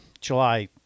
July